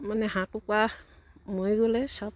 মানে হাঁহ কুকুৰা মৰি গ'লে চব